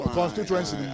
constituency